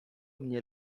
mnie